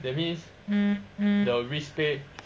that means the respect